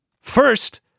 First